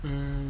um